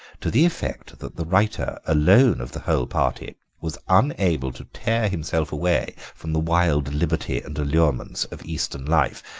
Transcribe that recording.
to the effect that the writer, alone of the whole party, was unable to tear himself away from the wild liberty and allurements of eastern life,